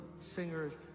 singers